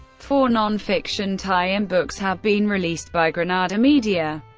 four non-fiction tie-in books have been released by granada media,